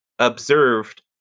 Observed